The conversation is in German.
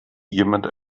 jemand